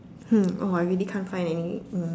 hmm oh I really can't find any mm